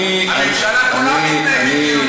אני מוכן